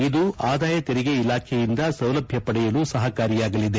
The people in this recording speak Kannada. ಇದು ಆದಾಯ ತೆರಿಗೆ ಇಲಾಖೆಯಿಂದ ಸೌಲಭ್ಞ ಪಡೆಯಲು ಸಹಕಾರಿಯಾಗಲಿದೆ